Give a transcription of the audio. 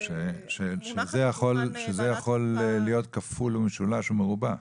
שזה יכול להיות כפול ומשולש ומרובע.